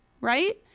right